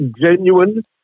genuine